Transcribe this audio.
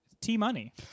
t-money